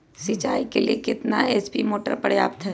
सिंचाई के लिए कितना एच.पी मोटर पर्याप्त है?